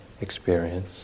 experience